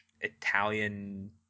Italian